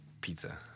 Pizza